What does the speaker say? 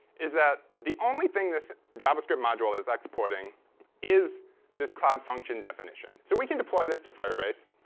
is that the only thing this javascript module is exporting is this cloud function definition. so we can deploy this to firebase,